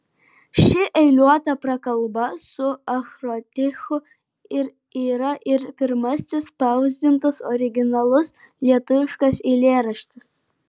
ši eiliuota prakalba su akrostichu yra ir pirmasis spausdintas originalus lietuviškas eilėraštis